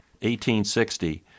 1860